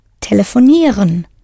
Telefonieren